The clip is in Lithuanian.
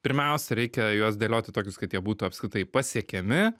pirmiausia reikia juos dėlioti tokius kad jie būtų apskritai pasiekiami